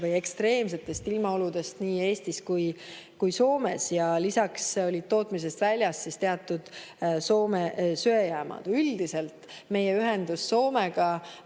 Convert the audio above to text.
või ekstreemsetest ilmaoludest nii Eestis kui ka Soomes. Lisaks olid tootmisest väljas teatud Soome söejaamad. Üldiselt on meie ühendus Soomega,